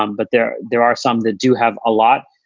um but there there are some that do have a lot.